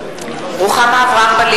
(קוראת בשמות חברי הכנסת) רוחמה אברהם-בלילא,